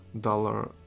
dollar